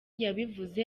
yabivuze